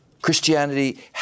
Christianity